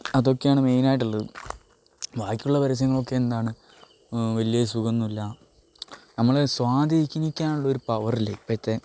അതൊക്കെയാണ് മെയിനായിട്ടുള്ളത് ബാക്കിയുള്ള പരസ്യങ്ങളൊക്കെ എന്താണ് വലിയ സുഖമൊന്നുമില്ല നമ്മളെ സ്വാധീനിക്കാനുള്ളൊരു പവറില്ലേ ഇപ്പോഴത്തെ